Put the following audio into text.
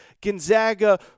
Gonzaga